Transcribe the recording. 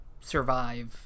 survive